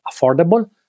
affordable